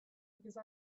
because